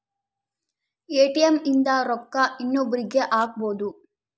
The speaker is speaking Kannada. ಎ.ಟಿ.ಎಮ್ ಇಂದ ರೊಕ್ಕ ಇನ್ನೊಬ್ರೀಗೆ ಹಕ್ಬೊದು